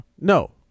No